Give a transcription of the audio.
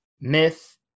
myth